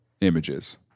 images